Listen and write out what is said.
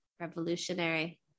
Revolutionary